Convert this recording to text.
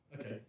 Okay